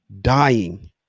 dying